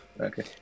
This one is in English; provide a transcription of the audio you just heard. Okay